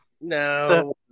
No